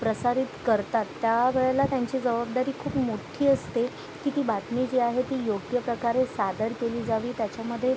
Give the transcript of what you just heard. प्रसारित करतात त्या वेळेला त्यांची जवाबदारी खूप मोठी असते की ती बातमी जी आहे ती योग्य प्रकारे सादर केली जावी त्याच्यामध्ये